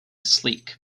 sleek